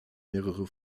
mehrere